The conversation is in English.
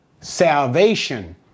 salvation